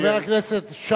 חבר הכנסת שי,